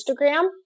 Instagram